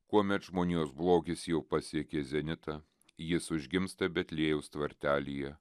kuomet žmonijos blogis jau pasiekė zenitą jis užgimsta betliejaus tvartelyje